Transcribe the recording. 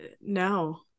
No